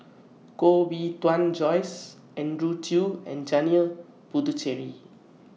Koh Bee Tuan Joyce Andrew Chew and Janil Puthucheary